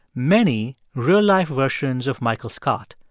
many real-life versions of michael scott.